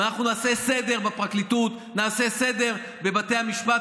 ואנחנו נעשה סדר בפרקליטות, נעשה סדר בבתי המשפט.